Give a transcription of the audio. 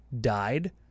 died